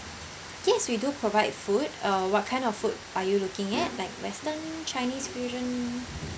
yes we do provide food uh what kind of food are you looking at like western chinese fusion